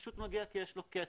פשוט מגיע כי יש לו כסף.